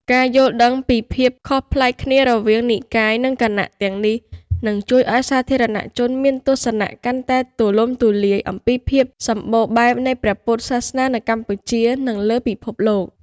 ការយល់ដឹងពីភាពខុសប្លែកគ្នារវាងនិកាយ និងគណៈទាំងនេះ នឹងជួយឱ្យសាធារណជនមានទស្សនៈកាន់តែទូលំទូលាយអំពីភាពសម្បូរបែបនៃព្រះពុទ្ធសាសនានៅកម្ពុជា និងលើពិភពលោក។